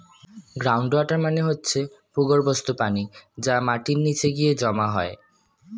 ground water মানে হচ্ছে ভূগর্ভস্থ পানি যা মাটির নিচে গিয়ে জমা হয়